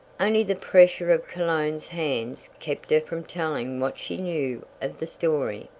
only the pressure of cologne's hands kept her from telling what she knew of the story.